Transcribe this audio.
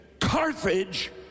Carthage